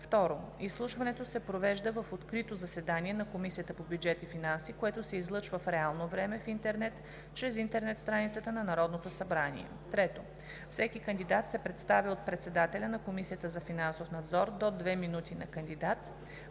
2. Изслушването се провежда в открито заседание на Комисията по бюджет и финанси, което се излъчва в реално време в интернет чрез интернет страницата на Народното събрание. 3. Всеки кандидат се представя от председателя на Комисията за финансов надзор – до две минути на кандидат.